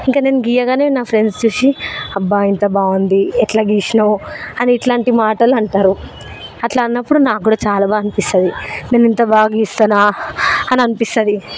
ఇంకా నేను గీయగానే నా ఫ్రెండ్స్ చూసి అబ్బా ఎంత బాగుంది ఎట్లా గీసినావు అని ఇట్లాంటి మాటలు అంటారు అట్లా అన్నప్పుడు నా కూడా చాలా బాగా అనిపిస్తుంది నేను ఇంత బాగా గీస్తానా అని అనిపిస్తుంది